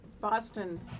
Boston